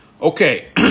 Okay